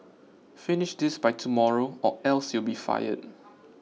finish this by tomorrow or else you'll be fired